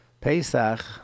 Pesach